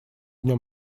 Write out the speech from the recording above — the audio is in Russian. нем